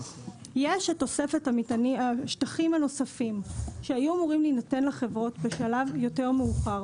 יש תוספת השטחים הנוספים שהיו אמורים להינתן לחברות בשלב מאוחר יותר.